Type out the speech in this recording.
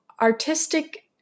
artistic